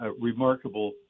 remarkable